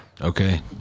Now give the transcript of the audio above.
Okay